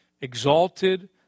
exalted